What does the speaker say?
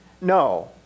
No